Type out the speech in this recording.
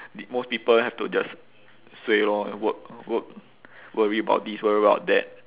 most people have to just suay lor work work worry about this worry about that